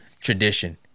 tradition